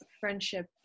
friendship